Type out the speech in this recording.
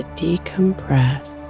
decompress